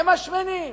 הם השמנים?